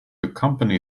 accompany